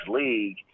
league